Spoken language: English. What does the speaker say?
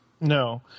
No